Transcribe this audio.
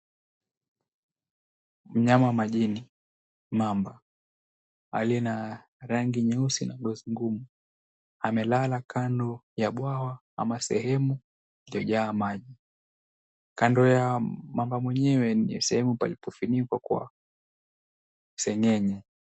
Mnyama wa majini, mamba, aliye na rangi nyeusi na ngozi ngumu amelala kando ya bwawa ama sehemu iliyojaa maji, kando ya mamba mwenyewe ni sehemu palipofunikwa kwa seng'eng'e.